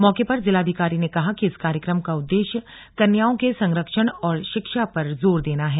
मौके पर जिलाधिकारी ने कहा कि इस कार्यक्रम का उद्देश्य कन्याओं के संरक्षण और शिक्षा पर जोर देना है